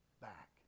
back